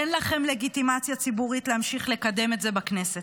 אין לכם לגיטימציה ציבורית להמשיך לקדם את זה בכנסת.